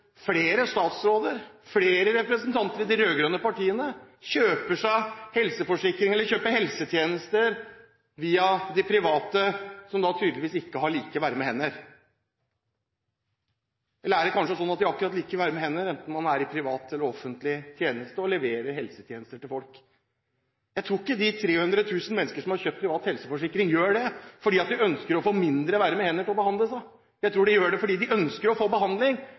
flere statsråder og flere representanter fra de rød-grønne partiene kjøper helseforsikring eller kjøper helsetjenester via de private, som tydeligvis ikke har like varme hender. Eller er det kanskje slik at hendene er akkurat like varme hos dem som jobber i privat tjeneste som hos dem som jobber i offentlig tjeneste, og leverer helsetjenester til folk? Jeg tror ikke de 300 000 menneskene som har kjøpt privat helseforsikring, gjør det fordi de ønsker å få mindre varme hender til å behandle seg. Jeg tror de gjør det fordi de ønsker å få behandling,